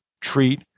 treat